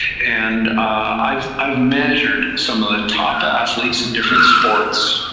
and i've i've measured some of the top athletes in different sports,